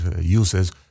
uses